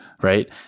right